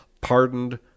pardoned